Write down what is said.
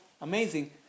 amazing